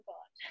God